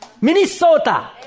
Minnesota